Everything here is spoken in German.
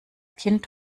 kind